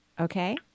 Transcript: okay